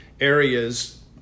areas